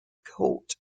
court